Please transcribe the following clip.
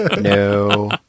No